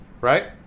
right